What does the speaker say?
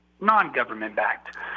non-government-backed